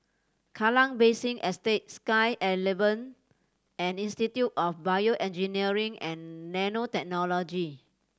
Kallang Basin Estate Sky At Eleven and Institute of BioEngineering and Nanotechnology